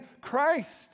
Christ